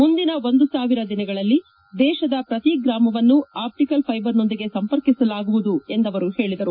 ಮುಂದಿನ ಒಂದು ಸಾವಿರ ದಿನಗಳಲ್ಲಿ ದೇಶದ ಪ್ರತಿ ಗ್ರಾಮವನ್ನು ಆಷ್ಲಿಕಲ್ ಫ್ಲೆಬರ್ನೊಂದಿಗೆ ಸಂಪರ್ಕಿಸಲಾಗುವುದು ಎಂದು ಅವರು ಹೇಳಿದರು